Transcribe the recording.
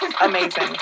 amazing